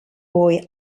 boy